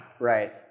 Right